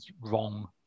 wrong